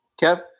Kev